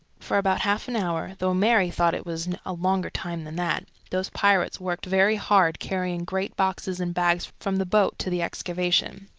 for about half an hour though mary thought it was a longer time than that those pirates worked very hard carrying great boxes and bags from the boat to the excavation.